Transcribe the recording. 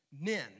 Men